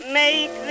make